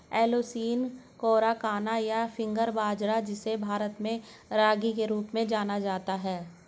Eleusine coracana, या finger बाजरा, जिसे भारत में रागी के रूप में जाना जाता है